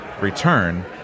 return